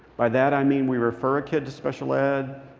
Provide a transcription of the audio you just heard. by that i mean, we refer a kid to special ed,